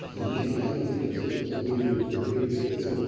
and getting out of the ghetto, not building a great big ghetto,